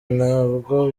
ntabwo